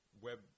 web